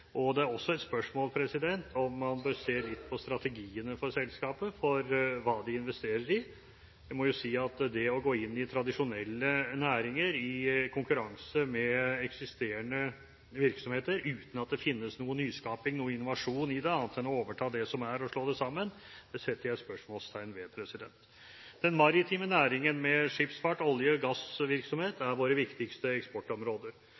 og det er også et spørsmål om man bør se litt på strategiene for hva selskapet investerer i. Jeg må si at det å gå inn i tradisjonelle næringer i konkurranse med eksisterende virksomheter, uten at det finnes noe nyskaping – innovasjon – i det, annet enn å overta det som er, og slå det sammen, setter jeg spørsmålstegn ved. Den maritime næringen med skipsfart og olje- og gassvirksomhet